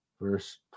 verse